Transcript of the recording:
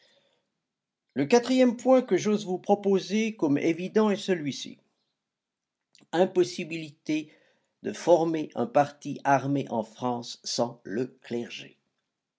le quatrième point que j'ose vous proposer comme évident est celui-ci impossibilité de former un parti armé en france sans le clergé